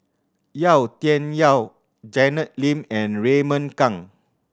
Yau Tian Yau Janet Lim and Raymond Kang